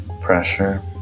pressure